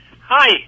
Hi